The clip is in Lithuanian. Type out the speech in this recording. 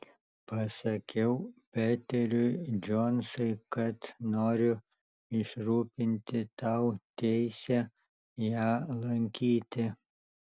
pasakiau peteriui džonsui kad noriu išrūpinti tau teisę ją lankyti